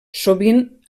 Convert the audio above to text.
sovint